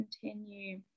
continue